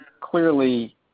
clearly